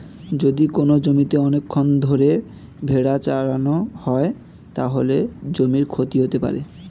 যদি কোনো জমিতে অনেকক্ষণ ধরে ভেড়া চড়ানো হয়, তাহলে জমির ক্ষতি হতে পারে